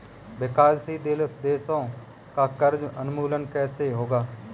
विकासशील देशों का कर्ज उन्मूलन कैसे होगा?